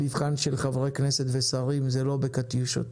המבחן של חברי כנסת ושרים זה לא בקטיושות,